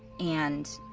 and,